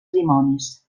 dimonis